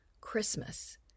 Christmas